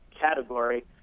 category